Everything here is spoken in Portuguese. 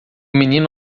menino